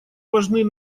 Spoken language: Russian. важны